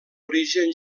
origen